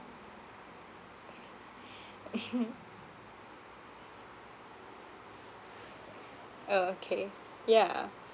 okay yeah